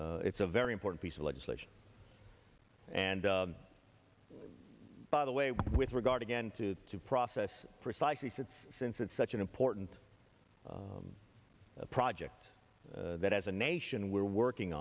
it's a very important piece of legislation and by the way with regard again to to process precisely fits since it's such an important project that as a nation we're working